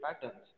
patterns